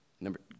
Number